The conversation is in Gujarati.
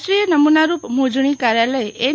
રાષ્ટ્રીય નમૂનારૂપ મોજણી કાર્યાલય એન